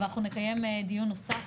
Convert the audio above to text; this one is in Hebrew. אבל אנחנו נקיים עוד דיון נוסף.